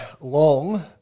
long